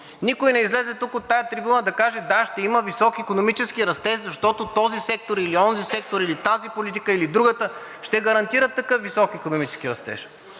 Никой не излезе тук от тази трибуна да каже, да, ще има висок икономически растеж, защото този сектор или онзи сектор, или тази политика, или другата ще гарантират такъв висок икономически растеж.